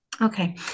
Okay